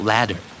Ladder